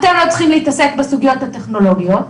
אתם לא צריכים להתעסק בסוגיות הטכנולוגיות,